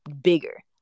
bigger